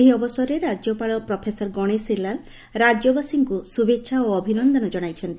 ଏହି ଅବସରରେ ରାଜ୍ୟପାଳ ପ୍ରଫେସର ଗଣେଶି ଲାଲ ରାଜ୍ୟବାସୀଙ୍କୁ ଶୁଭେଛା ଓ ଅଭିନନ୍ଦନ କଣାଇଛନ୍ତି